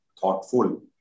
thoughtful